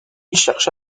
cherche